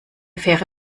fähre